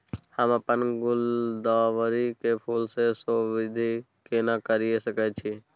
हम अपन गुलदाबरी के फूल सो वृद्धि केना करिये सकेत छी?